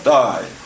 die